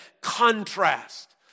contrast